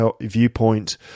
viewpoint